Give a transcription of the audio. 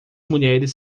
mulheres